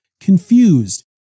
confused